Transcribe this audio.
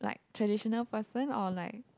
like traditional person or like